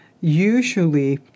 usually